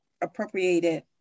appropriated